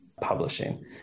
publishing